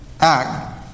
act